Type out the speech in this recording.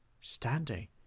standing